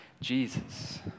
Jesus